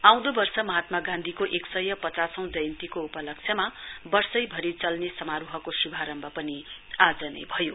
आँउदो बर्ष महात्मा गान्धीको एक सय पचासौं जयन्तीको उपलक्ष्यमा बर्षैभरि चल्ने समारोहको श्भारम्भ आज नै भयो